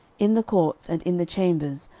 in the courts, and in the chambers,